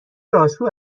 راسو